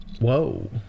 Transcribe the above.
Whoa